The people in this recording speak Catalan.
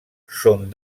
són